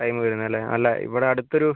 time വരുന്നത് അല്ലേ അല്ല ഇവിടെ അടുത്ത് ഒരു